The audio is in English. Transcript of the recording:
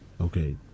Okay